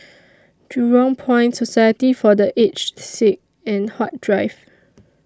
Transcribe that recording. Jurong Point Society For The Aged Sick and Huat Drive